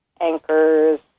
anchors